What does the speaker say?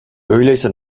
öyleyse